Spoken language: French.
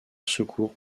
secours